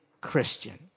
Christian